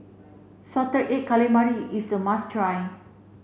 salted egg calamari is a must try